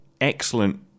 excellent